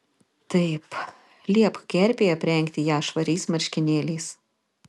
taip liepk kerpei aprengti ją švariais marškinėliais